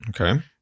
Okay